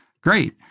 great